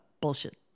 bullshit